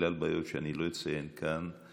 בגלל בעיות שאני לא אציין כאן,